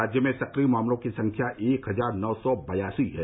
राज्य में सक्रिय मामलों की संख्या एक हजार नौ सौ बयासी है